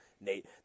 Nate